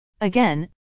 Again